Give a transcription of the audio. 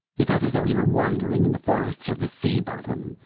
he felt as though he were wandering in the forests of the sea bottom,